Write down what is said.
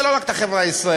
ולא רק את החברה הישראלית.